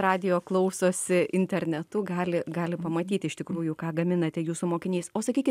radijo klausosi internetu gali gali pamatyti iš tikrųjų ką gaminate jūsų mokinys o sakykit